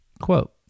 Quote